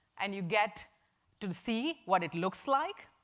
and you get to see what it looks like,